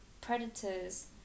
predators